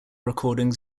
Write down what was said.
recordings